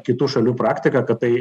kitų šalių praktiką kad tai